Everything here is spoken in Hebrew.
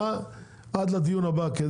עד לדיון הבא.